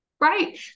Right